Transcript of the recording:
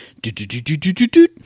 do-do-do-do-do-do-do